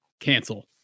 cancel